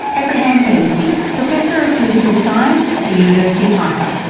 abraham ben-zvi, professor of political science at the university of haifa.